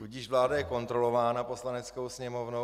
Tudíž vláda je kontrolována Poslaneckou sněmovnou.